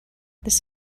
this